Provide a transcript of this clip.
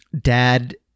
dad